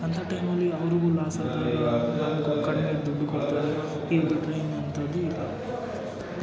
ಅಂಥ ಟೈಮಲ್ಲಿ ಅವ್ರಿಗೂ ಲಾಸ್ ಕಡಿಮೆ ದುಡ್ಡು ಕೊಡ್ತಾರೆ ಇದು ಬಿಟ್ಟರೆ ಇನ್ನು ಎಂಥದು ಇಲ್ಲ